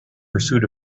pursuit